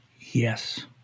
Yes